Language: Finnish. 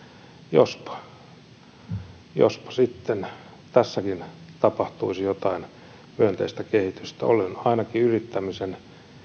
jospa sitten tässäkin tapahtuisi jotain myönteistä kehitystä on ainakin yrittämisen